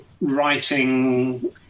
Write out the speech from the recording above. writing